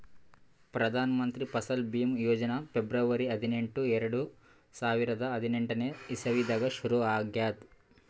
Pradhan Mantri Fasal Bima Yojana February ಹದಿನೆಂಟು, ಎರಡು ಸಾವಿರದಾ ಹದಿನೆಂಟನೇ ಇಸವಿದಾಗ್ ಶುರು ಆಗ್ಯಾದ್